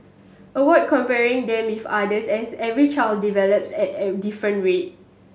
avoid comparing them with others as every child develops at a different rate